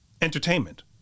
entertainment